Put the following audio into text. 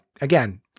again